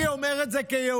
אני אומר את זה כיהודי,